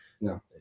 no